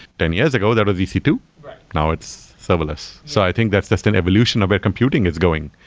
ten years ago, there was e c two. now it's serverless. so i think that's just an evolution of where computing is going.